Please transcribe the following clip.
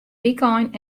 wykein